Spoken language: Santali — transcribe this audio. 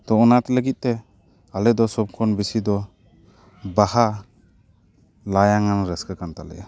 ᱛᱚ ᱚᱱᱟ ᱞᱟᱹᱜᱤᱫ ᱛᱮ ᱟᱞᱮ ᱫᱚ ᱥᱳᱵ ᱠᱷᱚᱱ ᱵᱮᱥᱤ ᱫᱚ ᱵᱟᱦᱟ ᱞᱟᱭᱚᱝ ᱟᱱ ᱨᱟᱹᱥᱠᱟᱹ ᱠᱟᱱ ᱛᱟᱞᱮᱭᱟ